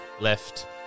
Left